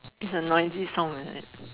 its a noisy sound like that